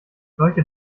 solche